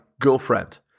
girlfriend